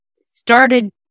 started